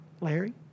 Larry